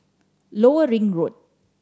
Lower Ring Road